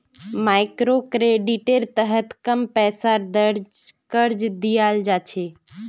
मइक्रोक्रेडिटेर तहत कम पैसार कर्ज दियाल जा छे